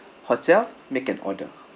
hotel make an order